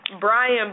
Brian